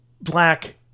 black